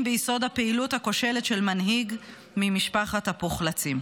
ביסוד הפעילות הכושלת של מנהיג ממשפחת הפוחלצים,